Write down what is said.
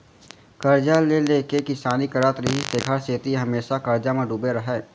करजा ले ले के किसानी करत रिहिस तेखर सेती हमेसा करजा म डूबे रहय